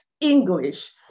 English